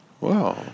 wow